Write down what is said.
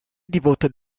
devoted